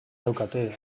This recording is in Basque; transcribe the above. daukate